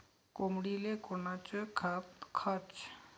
कोंबडीले कोनच खाद्य द्याच?